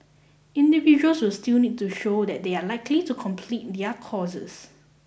individuals will still need to show that they are likely to complete their courses